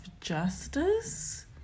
justice